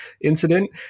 incident